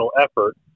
effort